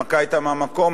ההנמקה היתה מהמקום,